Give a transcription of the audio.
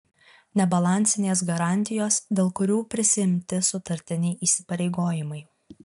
nebalansinės garantijos dėl kurių prisiimti sutartiniai įsipareigojimai